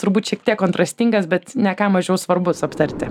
turbūt šiek tiek kontrastingas bet ne ką mažiau svarbus aptarti